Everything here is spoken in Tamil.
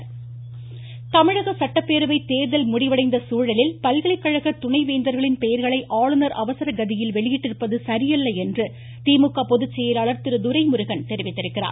துரைமுருகன் தமிழக சட்டப்பேரவை தேர்தல் முடிவடைந்த சூழலில் பல்கலைக்கழக துணை வேந்தர்களின் பெயர்களை ஆளுநர் அவசரகதியில் வெளியிட்டிருப்பது சரியல்ல என்று திமுக பொதுச்செயலாளர் திரு துரைமுருகன் தெரிவித்திருக்கிறார்